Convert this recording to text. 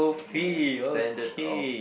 ya standard of